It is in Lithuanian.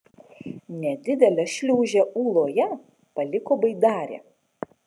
nedidelę šliūžę ūloje paliko baidarė